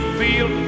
feel